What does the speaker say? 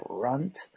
front